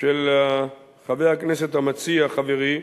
של חבר הכנסת המציע, חברי,